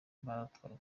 batwawe